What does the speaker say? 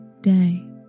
day